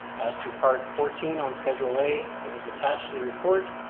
as to part fourteen on schedule a that was attached to the report,